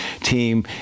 team